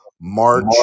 March